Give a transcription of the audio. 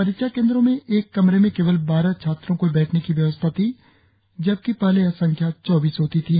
परीक्षा केंद्रों में एक कमरे में केवल बारह छात्र की बैठने की व्यवस्था थी जबकि पहले यह संख्या चौबीस थी